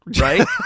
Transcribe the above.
right